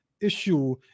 issue